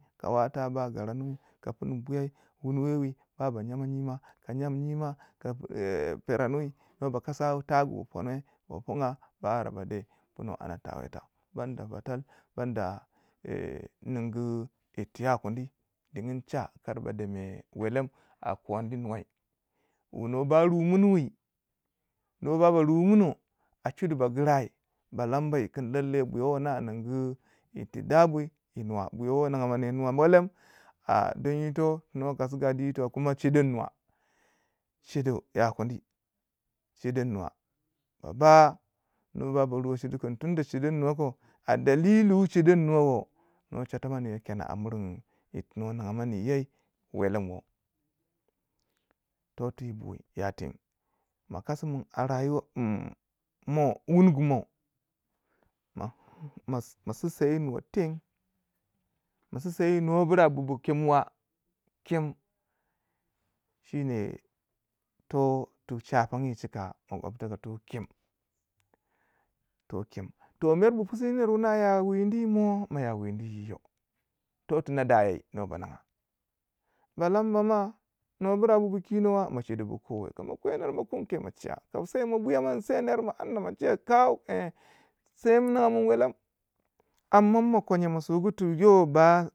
ka wata ba gara munuwi ka punu puyai ba ba mima chima ka epiranuwai no ba kasa tagu wu punguwai ba ponga ba ara tawgutau ban da ba tal banda ningu yirtu ya kwini dining cha kar ba deye welem a kondi nuwai wu nuwa ba rumini, nuwa ba ba ru muno a chudi ba gyirai ba lamba kun lailai buya wuna a ningu yir tu dabwui yi nuwa, buyawo ninga mane nuwa welem a don yito nuwa kasugu a di yito kuma chedon nuwa, chedo ya kuni chedon nuwa ma ba nwo ba ba ruwo chudi kun tunda chedon nuwa koh, a dalili wu chedon nuwa wo nuwa chota manuwu yo kene a miringu yir tu nwo ninga mani ye welen wo, toti yi bu ya teng mo kasi mun a rayuwa nyi mo wungu mo ma sinsiye yi nuwa teng mo sinsiye yi nuwa bu mo kem wa kem shineh to tu shafangyi chika mokopta wu to kem to kem to mer bu pusini yirin wuna ya wundi yi mo ma ya wundi yi yo to tu na dayai nuwa ba ninga ba lanba mwa nuwa bura ku bu kinowa chedo bu ko we ka ma kwe neru mo kunkwe ma chiya kan son yin buyaga yin se ner kun kauw se yin ninga mun welem amman mo konye mo sugu tuyo ba.